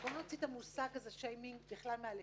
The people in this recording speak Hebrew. בוא נוציא את המושג "שיימינג" בכלל מהלקסיקון,